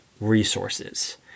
resources